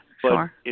Sure